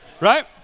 right